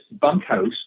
bunkhouse